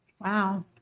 wow